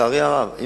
לצערי הרב.